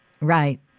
right